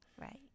Right